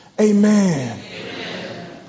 Amen